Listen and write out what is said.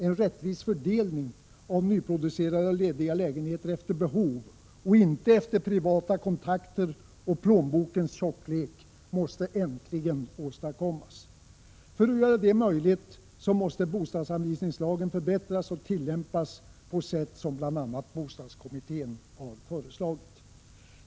En rättvis fördelning av nyproducerade och lediga lägenheter efter behov och inte efter privata kontakter och plånbokens tjocklek måste äntligen åstadkommas. För att göra detta möjligt måste bostadsanvisningslagen förbättras och tillämpas på sätt som bl.a. bostadskommittén har föreslagit.